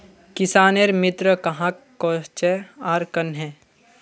किसानेर मित्र कहाक कोहचे आर कन्हे?